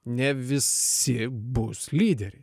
ne visi bus lyderiai